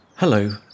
Hello